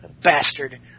bastard